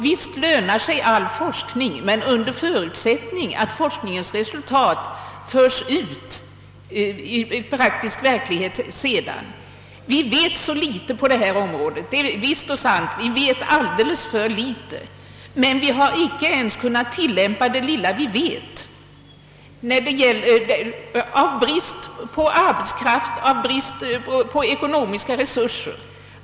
Visst lönar sig all forskning, under förutsättning av att forskningens resultat sedan föres ut i den praktiska verkligheten. Och vi vet alldeles för litet på vattenvårdens område, det är helt visst och sant. Av brist på arbetskraft och brist på ekonomiska resurser har vi inte heller kunnat tillämpa det lilla vi vet.